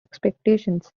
expectations